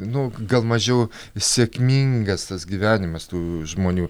nu gal mažiau sėkmingas tas gyvenimas tų žmonių